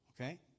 Okay